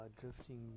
drifting